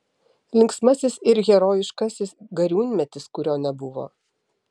linksmasis ir herojiškasis gariūnmetis kurio nebuvo